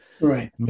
right